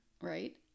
right